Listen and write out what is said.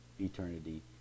eternity